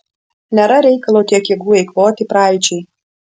nėra reikalo tiek jėgų eikvoti praeičiai